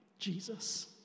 Jesus